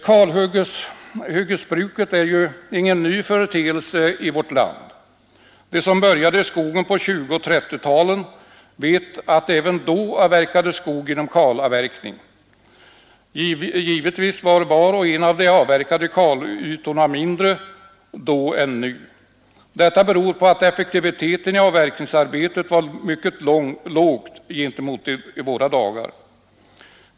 Kalhyggesbruket är ingen ny företeelse i vårt land. De som började i skogen under 1920 och 1930-talen vet att även då avverkades skog genom kalhuggning. Var och en av de avverkade kalytorna var givetvis mindre då än nu. Detta beror på att effektiviteten i avverkningsarbetet var mycket låg gentemot den nuvarande.